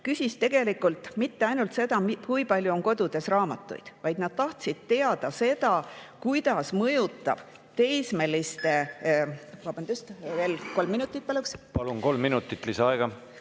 küsis tegelikult mitte ainult seda, kui palju on kodudes raamatuid, vaid taheti teada ka seda, kuidas mõjutab ... Vabandust! Veel kolm minutit paluks. Palun! Kolm minutit lisaaega.